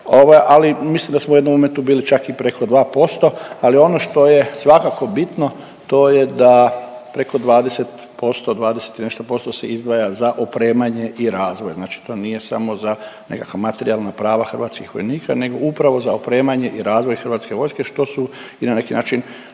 ali mislim da smo u jednom momentu bili čak i preko 2% ali ono što je svakako bitno to je da preko 20%, 20 i nešto posto se izdvaja za opremanje i razvoj. Znači to nije samo za nekakva materijalna prava hrvatskih vojnika nego upravo za opremanje i razvoj hrvatske vojske, što su i na neki način